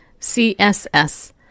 CSS